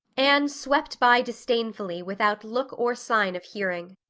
anne swept by disdainfully, without look or sign of hearing.